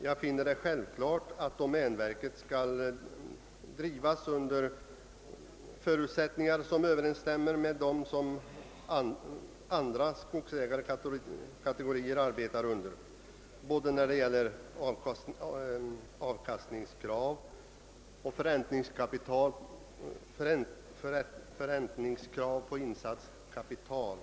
Jag finner det självklart att domänverket skall :drivas under förutsättningar som överensstämmer med dem som gäller för andra skogsägarkategorier, både när det gäller avkastning och förräntning på insatt kapital.